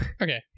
Okay